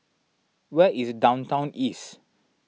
where is Downtown East